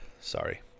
Sorry